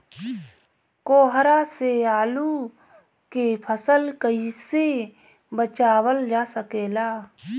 कोहरा से आलू के फसल कईसे बचावल जा सकेला?